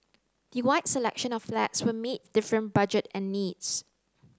the wide selection of flats will meet different budget and needs